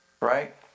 right